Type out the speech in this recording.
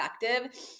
effective